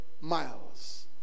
miles